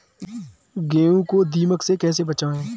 गेहूँ को दीमक से कैसे बचाएँ?